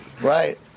right